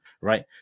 right